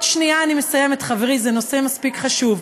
עוד שנייה אני מסיימת, חברי, זה נושא מספיק חשוב.